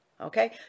Okay